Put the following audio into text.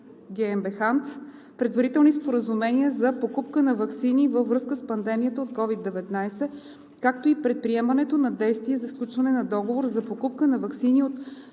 GmbHand предварителни споразумения за покупка на ваксини във връзка с пандемията от COVID-19, както и предприемането на действия за сключване на договор за покупка на ваксини от